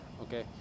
okay